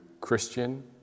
Christian